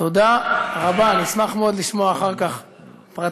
תודה רבה, אני אשמח מאוד לשמוע אחר כך פרטים.